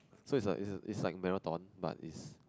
so it's like it's it's like marathon but it's